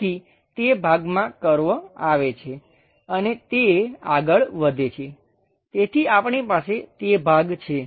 તેથી તે ભાગમાં કર્વ આવે છે અને તે આગળ વધે છે તેથી આપણી પાસે તે ભાગ છે